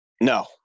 No